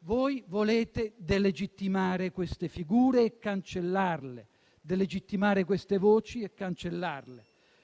Voi volete delegittimare queste figure e cancellarle, delegittimare queste voci e cancellarle.